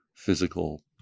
physical